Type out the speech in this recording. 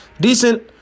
Decent